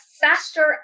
faster